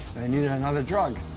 they needed another drug.